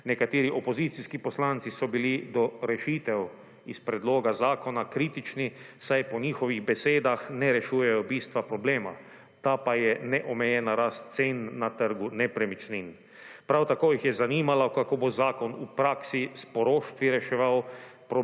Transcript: Nekateri opozicijski poslanci so bili do rešitev iz predloga zakona kritični, saj po njihovih besedah ne rešujejo bistva problema. Ta pa je neomejena rast cen na trgu nepremičnin. Prav tako jih je zanimalo kako bo zakon v praksi s poroštvi reševal